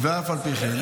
ואף על פי כן,